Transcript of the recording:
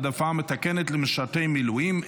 העדפה מתקנת למשרתי מילואים),